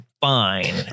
fine